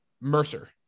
Mercer